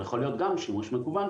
הוא יכול להיות גם שימוש מכוון,